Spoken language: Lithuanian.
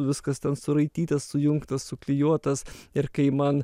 viskas ten suraitytas sujungtas suklijuotas ir kai man